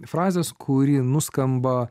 frazės kuri nuskamba